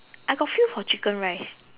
I got feel for chicken rice